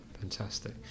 Fantastic